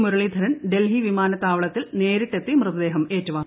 മുരളീധരൻ ഡൽഹി വിമാനത്താവളത്തിൽ നേരിട്ടെത്തി മൃതദേഹം ഏറ്റുവാങ്ങി